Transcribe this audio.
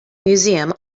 museum